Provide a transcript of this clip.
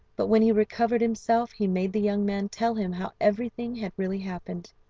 but when he recovered himself he made the young man tell him how everything had really happened.